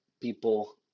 people